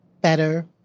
better